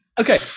Okay